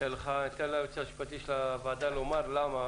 אתן ליועץ המשפטי של הוועדה לומר למה,